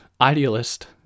idealist